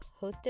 hosted